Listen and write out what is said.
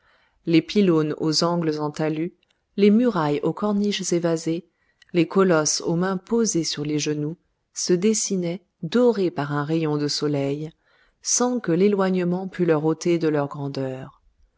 les pylônes aux angles en talus les murailles aux corniches évasées les colosses aux mains posées sur les genoux se dessinaient dorés par un rayon de soleil sans que l'éloignement pût leur ôter de leur grandeur